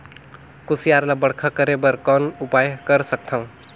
कुसियार ल बड़खा करे बर कौन उपाय कर सकथव?